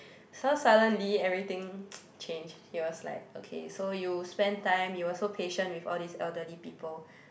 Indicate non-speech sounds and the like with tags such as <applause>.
so suddenly everything <noise> changed he was like okay so you spend time you also patient with all this elderly people